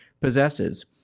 possesses